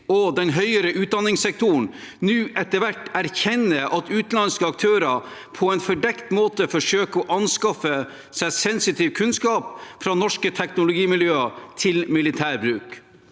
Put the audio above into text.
og høyere utdanning nå etter hvert erkjenner at utenlandske aktører på en fordekt måte forsøker å anskaffe seg sensitiv kunnskap fra norske teknologimiljøer til militær bruk